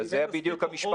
אני אגע בתמונת מצב עורף,